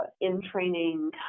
in-training